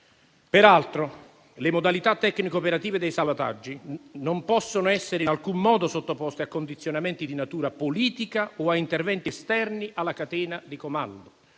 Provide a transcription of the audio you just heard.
Peraltro, le modalità tecnico-operative dei salvataggi non possono essere in alcun modo sottoposte a condizionamenti di natura politica o a interventi esterni alla catena di comando.